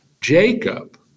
Jacob